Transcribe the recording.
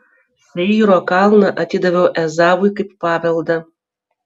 seyro kalną atidaviau ezavui kaip paveldą